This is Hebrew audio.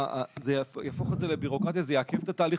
זה יהפוך את זה לבירוקרטיה וזה יעכב את התהליך.